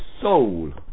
soul